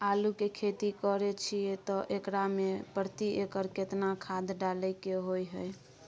आलू के खेती करे छिये त एकरा मे प्रति एकर केतना खाद डालय के होय हय?